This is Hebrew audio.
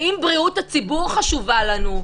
ואם בריאות הציבור חשובה לנו,